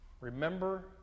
Remember